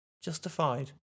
Justified